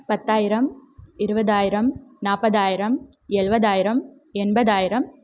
பத்தாயிரம் இருபதாயிரம் நாற்பதாயிரம் எழுபதாயிரம் எண்பதாயிரம்